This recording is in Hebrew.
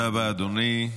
תודה רבה, אדוני.